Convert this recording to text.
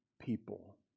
people